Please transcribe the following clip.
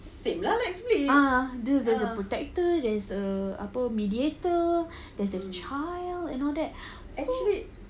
ah there's the protector there's a apa mediator there's the child and all that so